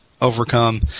overcome